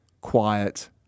quiet